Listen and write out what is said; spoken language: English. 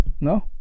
no